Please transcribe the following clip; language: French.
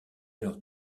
alors